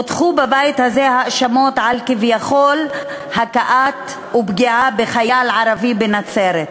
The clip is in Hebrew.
הוטחו בבית הזה האשמות על כביכול הכאת ופגיעה בחייל ערבי בנצרת.